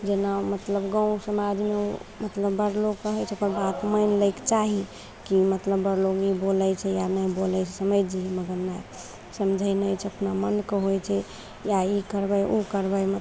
जेना मतलब गाँव समाजमे मतलब बड़ लोग कहय छै ओकर बात मानि लैके चाही की मतलब लोग ई बोलय छै या नहि बोलय छै समझि जाइए मगर नहि समझै नहि छै अपना मनके होइ छै या ई करबय उ करबय